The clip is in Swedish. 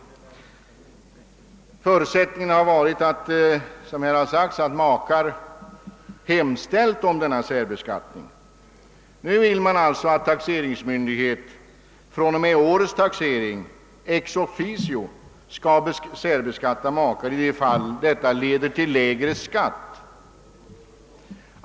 Förutsättningen har varit som här har sagts att makar hemställt om särbeskattning. Nu önskar man alltså att taxeringsmyndighet fr.o.m. årets taxering ex officio skall särbeskatta makar i de fall det skulle leda till lägre skatt.